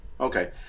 Okay